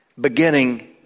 beginning